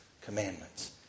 commandments